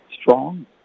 strong